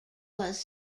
was